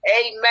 Amen